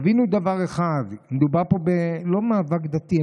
תבינו דבר אחד: לא מדובר פה במאבק דתי,